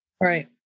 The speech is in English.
Right